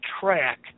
track